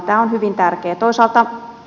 tämä on hyvin tärkeää